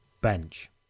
bench